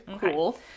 cool